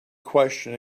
question